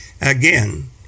again